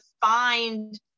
find